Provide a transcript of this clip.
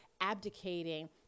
abdicating